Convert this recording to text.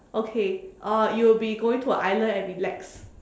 okay uh you will be going to an island and relax